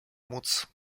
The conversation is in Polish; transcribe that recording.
móc